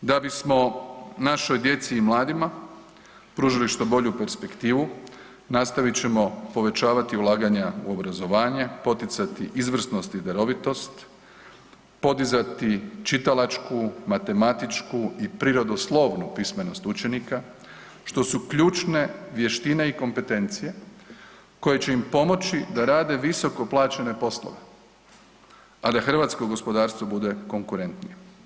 Da bismo našoj djeci i mladima pružili što bolju perspektivu nastavit ćemo povećavati ulaganja u obrazovanje, poticati izvrsnost i darovitost, podizati čitalačku, matematičku i prirodoslovnu pismenost učenika što su ključne vještine i kompetencije koje će im pomoći da rade visoko plaćene poslove, a da hrvatsko gospodarstvo bude konkurentnije.